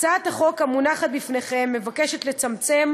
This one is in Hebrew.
הצעת החוק המונחת בפניכם מבקשת לצמצם,